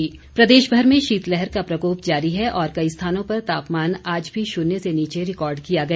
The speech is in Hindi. मौसम प्रदेश भर में शीत लहर का प्रकोप जारी है और कई स्थानों पर तापमान आज भी शुन्य से नीचे रिकॉर्ड किया गया